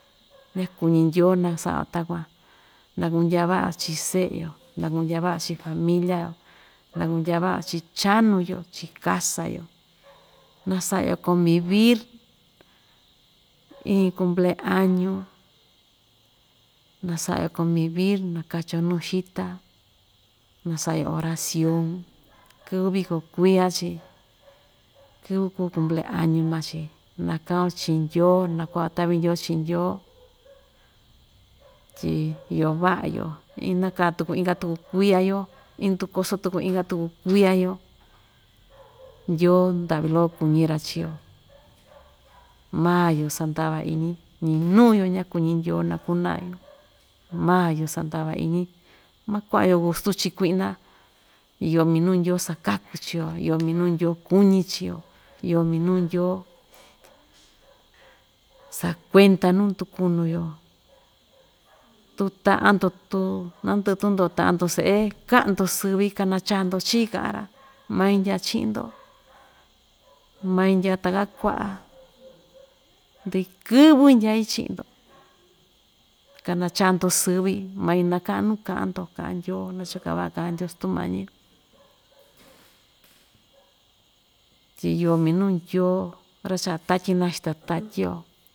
Nakuñi ndyoo na saꞌa‑yo takuan, naa kundyaa vaꞌa‑yo chiꞌin seꞌe‑yo, na kundyaa vaꞌa‑yo chiꞌin familia‑yo na kundya vaꞌa‑yo chiꞌin chanu‑yo chiꞌin kasa‑yo na saꞌa‑yo convivir iin cumpleaño na saꞌa‑yo convivir na kachi‑yo nuu xita na saꞌa‑yo oración kɨvɨ viko kuiya‑chi kɨvɨ kuu cumpleaño maa‑chi naa kaꞌa‑yo chiꞌin ndyoo na kuaꞌa‑yo taꞌvi ndyoo chii ndyoo tyi iyo vaꞌa‑yo ina‑kaa inka tuku kuia‑yo indukoso tuku inka tuku kuia‑yo ndyoo ndaꞌvi loko kuñira chii‑yo maa‑yo sandava iñi ñiinuu‑yo ñakuñi ndyoo naa kunaa‑yo maa‑yo sandava iñi makuaꞌa‑yo gustu chii kuiꞌna iyo minuu ndyoo sakaku chii‑yo, iyo minuu ndyoo kuñi chii‑yo, iyo minuu ndyoo sakuenda nuu ndukunu‑yo tu taꞌa‑ndo tu na ndɨꞌɨ tundoꞌo taꞌa‑ndo seꞌe, kaꞌan‑do sɨvɨ kanachaa‑do chii kaꞌa‑ra main ndyaa chiꞌin‑do main ndyaa taka kuaꞌa ndɨkɨvɨ ndyai chiꞌin‑do kanachaa‑do sɨvɨ, main nakaꞌan nuu kaꞌan‑do kaꞌan ndyoo nacho‑ka vaꞌa kaꞌan ndyoo stumañi‑yo, tyi iyo minuu ndyoo ra‑chaꞌa tatyi naxita tatyi‑yo.